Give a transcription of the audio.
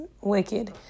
wicked